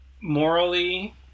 morally